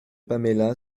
paméla